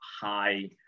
high